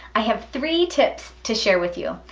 i have three tips to share with you.